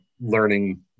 learning